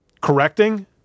correcting